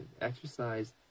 exercise